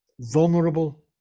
vulnerable